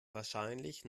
wahrscheinlich